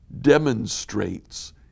demonstrates